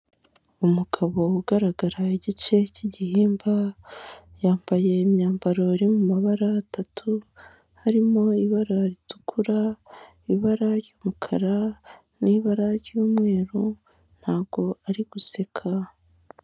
Umugabo ugaragara igice cy'igihimba, yambaye imyambaro iri mu mabara atatu, harimo ibara ritukura, ibara ry'umukara, n'ibara ry'umweru, ntabwo ari guseka.